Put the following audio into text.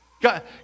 God